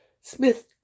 Smith